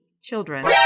children